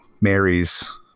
Mary's